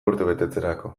urtebetetzerako